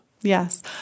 Yes